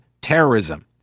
terrorism